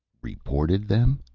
reported them?